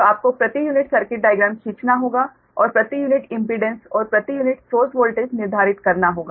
तो आपको प्रति यूनिट सर्किट डाइग्राम खींचना होगा और प्रति यूनिट इम्पीडेंस और प्रति यूनिट सोर्स वोल्टेज निर्धारित करना होगा